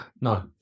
No